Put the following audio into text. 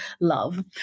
love